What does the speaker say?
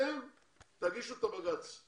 אתם תגישו את הבג"צ.